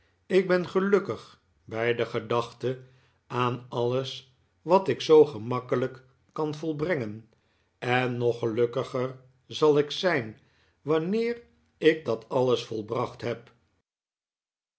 ik ben gelukkig bij de gedachte aan alles wat ik zoo gemakkelijk kan volbrengen en nog gelukkiger zal ik zijn wanneer ik dat alles volbracht heb